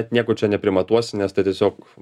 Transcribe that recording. nieko čia neprimatuosi nes tai tiesiog